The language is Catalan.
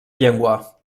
llengua